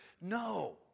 no